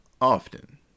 often